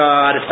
God